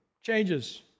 changes